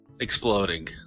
exploding